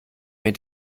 mir